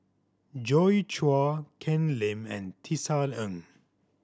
Joi Chua Ken Lim and Tisa Ng